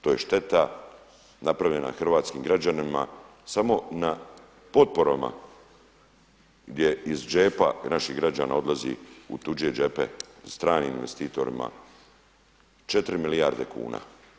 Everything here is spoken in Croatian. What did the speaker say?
To je šteta napravljena hrvatskim građanima samo na potporama gdje iz džepa naših građana odlazi u tuđe džepe stranim investitorima 4 milijarde kuna.